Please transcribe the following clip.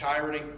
tyranny